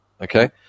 Okay